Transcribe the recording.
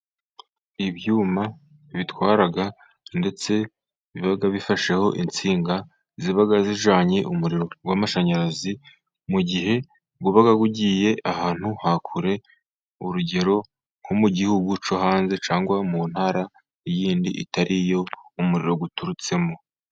Ibyuma bitwara ndetse biba bifasheho insinga ziba zijyanye umuriro w'amashanyarazi mu gihe wababa ugiye ahantu ha kure, urugero nko mu gihugu cyo hanze cyangwa mu ntara yindi itari yo umuriro uturutsemo.